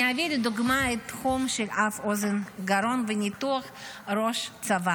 אני אביא לדוגמה את התחום של אף-אוזן-גרון וניתוח של ראש-צוואר.